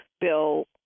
Bill